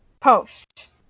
post